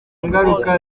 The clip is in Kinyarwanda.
ngaruka